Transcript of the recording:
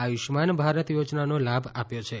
આયુષ્યમાન ભારત યોજનાનો લાભ આપ્યો છે